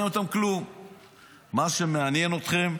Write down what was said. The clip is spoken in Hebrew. לא מעניין אותם כלום.